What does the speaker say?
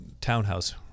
townhouse